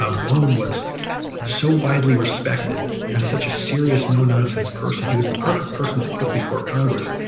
um borman was so widely respected and such a serious, no-nonsense person. he was the perfect person to put before congress.